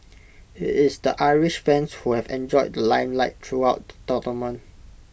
IT is the Irish fans who have enjoyed the limelight throughout the tournament